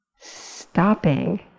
Stopping